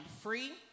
free